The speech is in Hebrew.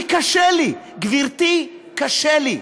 אני, קשה לי, גברתי, קשה לי.